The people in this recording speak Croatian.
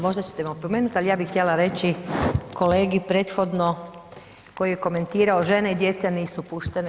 Možda ćete me opomenuti, ali ja bih htjela reći kolegi prethodno koji je komentirao žene i djeca nisu puštene.